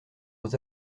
aux